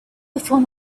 before